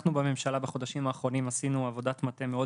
בממשלה עשינו בחודשים האחרונים עבודת מטה מאוד